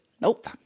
Nope